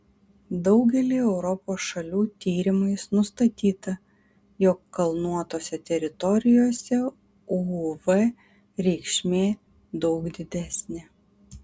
daugelyje europos šalių tyrimais nustatyta jog kalnuotose teritorijose uv reikšmė daug didesnė